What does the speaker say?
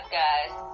guys